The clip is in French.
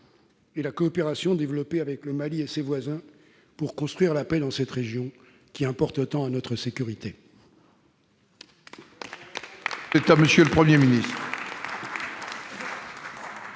et la coopération développée avec le Mali et ses voisins, pour construire la paix dans cette région, qui importe tant à notre sécurité.